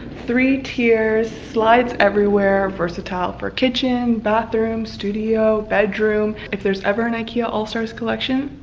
three tiers, slides everywhere, versatile for kitchen, bathroom, studio bedroom. if there's ever an ikea all-stars collection,